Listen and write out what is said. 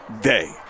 day